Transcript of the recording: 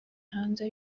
hanze